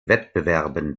wettbewerben